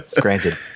granted